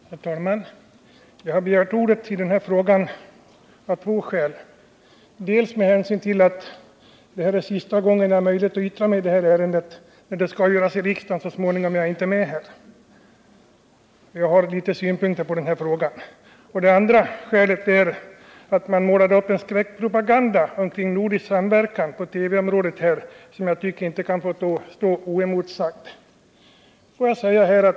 Herr talman! Jag har begärt ordet i denna fråga av två skäl. Dels är detta sista gången jag har möjlighet att yttra mig i ärendet om Nordsat. När det skall avgöras av riksdagen är jag inte med längre här. Dels har man målat upp en skräckpropaganda angående nordisk samverkan på TV-området, som jag inte vill låta stå oemotsagd.